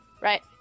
Right